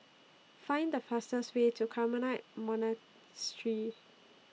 Find The fastest Way to Carmelite Monastery